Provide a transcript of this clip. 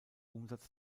umsatz